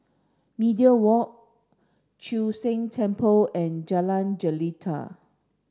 Media Walk Chu Sheng Temple and Jalan Jelita